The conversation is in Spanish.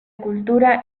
cultura